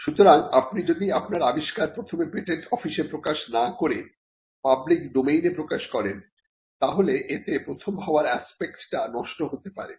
সুতরাং আপনি যদি আপনার আবিষ্কার প্রথমে পেটেন্ট অফিসে প্রকাশ না করে পাবলিক ডোমেইনে প্রকাশ করেন তাহলে এতে প্রথম হবার এক্সপেক্ট টা নষ্ট হতে পারে